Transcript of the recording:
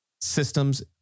systems